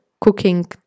cooking